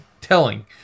telling